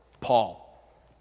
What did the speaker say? Paul